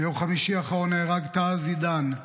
ביום חמישי האחרון נהרג טהא זידאן,